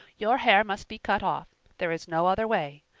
your hair must be cut off there is no other way.